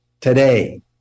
today